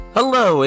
Hello